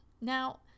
Now